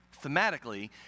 thematically